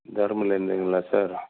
தரும்புரிலேருந்துங்களா sir